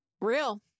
Real